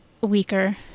weaker